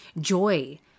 joy